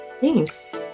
Thanks